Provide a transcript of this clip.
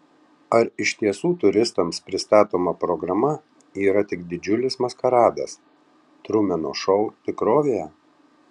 ar iš tiesų turistams pristatoma programa yra tik didžiulis maskaradas trumeno šou tikrovėje